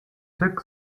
tuck